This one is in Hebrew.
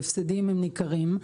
ההפסדים הם ניכרים,